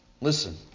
Listen